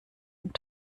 und